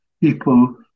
people